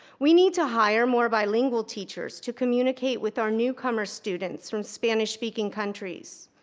we need to hire more bilingual teachers to communicate with our newcomer students from spanish-speaking countries.